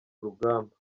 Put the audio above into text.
urugamba